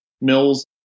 Mills